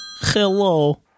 Hello